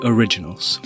Originals